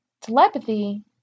Telepathy